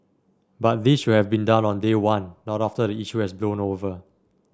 but this should have been done on day one not after the issue has blown over